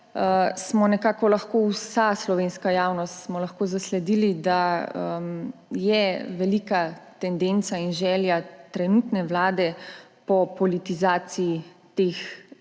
obnavljala, smo vsa slovenska javnost lahko zasledili, da je velika tendenca in želja trenutne vlade po politizaciji teh